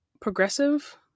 progressive